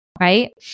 Right